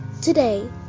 today